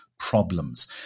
problems